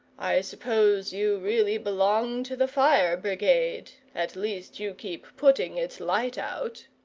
i suppose you really belong to the fire brigade at least, you keep putting its light out.